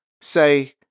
Say